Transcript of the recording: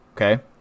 okay